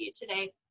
today